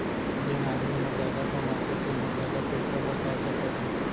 जेन आदमी ह जादा कमाथे तेन ह जादा पइसा बचा सकत हे